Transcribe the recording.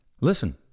Listen